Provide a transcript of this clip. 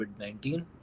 COVID-19